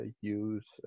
use